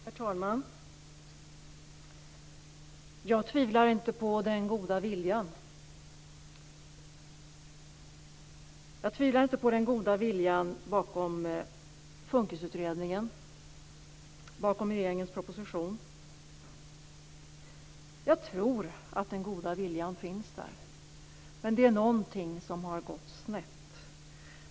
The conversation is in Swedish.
Herr talman! Jag tvivlar inte på den goda viljan. Jag tvivlar inte på den goda viljan bakom FUNKIS utredningen eller bakom regeringens proposition. Jag tror att den goda viljan finns där, men det är någonting som har gått snett.